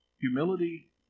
Humility